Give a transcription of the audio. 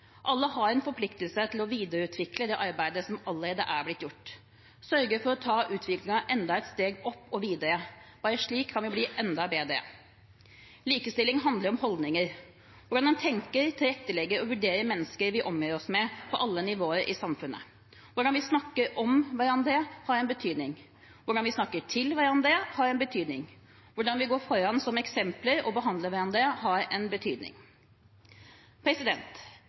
Alle har en forpliktelse til å videreutvikle det arbeidet som allerede er blitt gjort, sørge for å ta utviklingen enda et steg opp og videre. Bare slik kan vi bli enda bedre. Likestilling handler om holdninger, hvordan vi tenker om, tilrettelegger for og vurderer mennesker vi omgir oss med, på alle nivåer i samfunnet. Hvordan vi snakker om hverandre har en betydning, hvordan vi snakker til hverandre har en betydning, hvordan vi går foran som eksempler og behandler hverandre har en betydning.